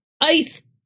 Ice